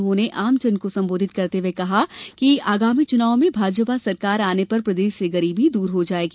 उन्होंने आमजन को संबोधित करते हुए कहा कि भाजपा सरकार आने पर प्रदेश से गरीबो दूर हो जायेगी